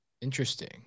Interesting